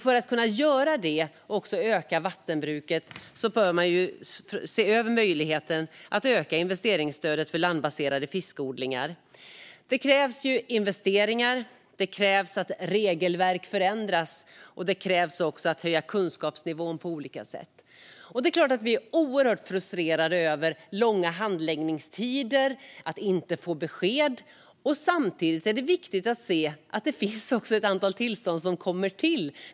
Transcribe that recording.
För att kunna göra detta och även öka vattenbruket bör man se över möjligheten att öka investeringsstödet för landbaserade fiskodlingar. Det krävs investeringar och att regelverk förändras och kunskapsnivån höjs på olika sätt. Det är klart att vi är oerhört frustrerade över långa handläggningstider och att det inte ges besked. Samtidigt är det viktigt att se att ett antal tillstånd faktiskt kommer till.